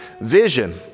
Vision